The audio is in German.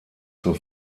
zur